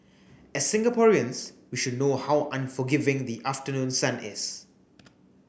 as Singaporeans we should know how unforgiving the afternoon sun is